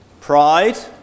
Pride